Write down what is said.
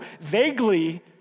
vaguely